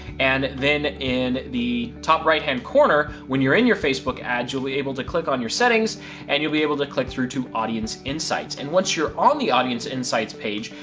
and then in the top right hand corner, when you're in your facebook ads, you'll be able to click on your settings and you'll be able to click through to audience insights. and once you're on the audience insights' page,